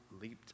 leaped